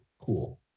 cool